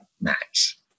match